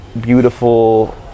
beautiful